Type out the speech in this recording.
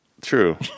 True